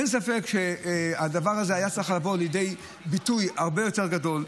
אין ספק שהדבר הזה היה צריך לבוא לידי ביטוי הרבה יותר גדול,